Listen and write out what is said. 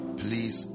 please